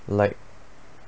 like